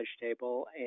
table